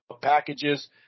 packages